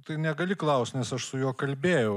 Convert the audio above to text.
tai negali klaust nes aš su juo kalbėjau